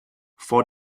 vor